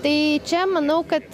tai čia manau kad